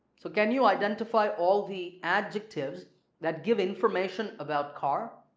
so can you identify all the adjectives that give information about car?